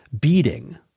beating